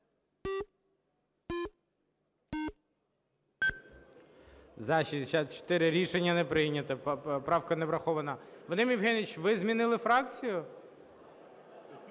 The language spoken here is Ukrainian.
За-64 Рішення не прийнято. Правка не врахована. Вадим Євгенович, ви змінили фракцію?